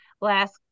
last